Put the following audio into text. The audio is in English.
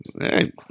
Hey